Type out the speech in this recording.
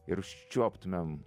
ir užčiuoptumėm